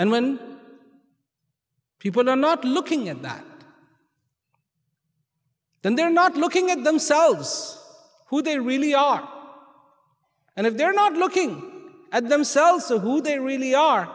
and when people are not looking at that then they're not looking at themselves who they really are and if they're not looking at themselves or who they really are